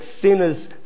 sinners